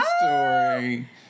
Story